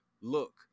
look